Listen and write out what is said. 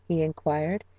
he enquired,